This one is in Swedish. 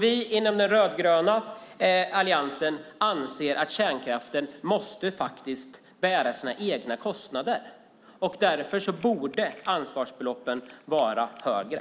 Vi inom den rödgröna alliansen anser att kärnkraften måste bära sina egna kostnader. Därför borde ansvarsbeloppen vara högre.